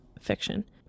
fiction